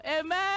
Amen